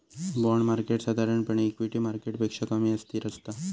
bond market साधारणपणे equity मार्केटपेक्षा कमी अस्थिर असता